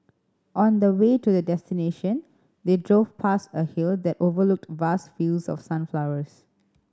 on the way to their destination they drove past a hill that overlooked vast fields of sunflowers